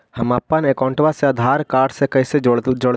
हमपन अकाउँटवा से आधार कार्ड से कइसे जोडैतै?